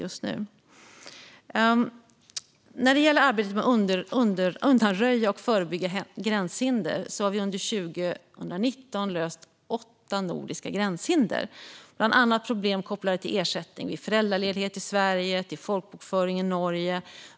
I arbetet med att undanröja och förebygga gränshinder löste vi under 2019 åtta nordiska gränshinder, bland annat problem kopplade till ersättning vid föräldraledighet i Sverige och till folkbokföring i Norge.